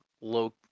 low